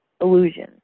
illusion